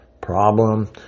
problem